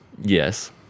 Yes